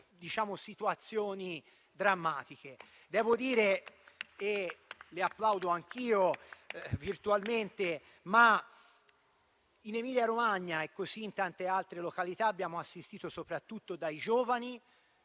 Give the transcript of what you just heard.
In Emilia-Romagna e in tante altre località abbiamo assistito, soprattutto da parte